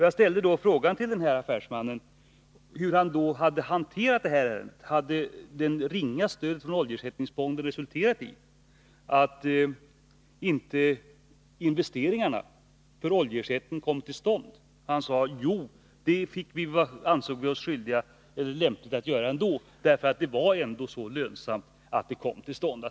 Jag frågade affärsmannen, om det ringa stödet från oljeersättningsfonden hade resulterat i att företagets investeringar för oljeersättning inte hade kommit till stånd. Han svarade att man i företaget hade ansett det riktigt att göra investeringarna ändå, för det var trots allt lönsamt att de kom till stånd.